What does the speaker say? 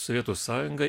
sovietų sąjunga